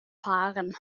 fahren